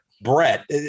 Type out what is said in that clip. Brett